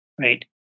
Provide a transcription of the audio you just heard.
right